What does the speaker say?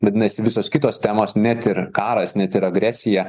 vadinasi visos kitos temos net ir karas net ir agresija